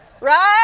Right